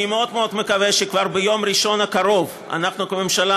אני מאוד מאוד מקווה שכבר ביום ראשון הקרוב אנחנו כממשלה